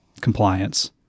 compliance